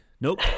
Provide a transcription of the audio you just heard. Nope